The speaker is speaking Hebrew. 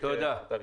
בבקשה,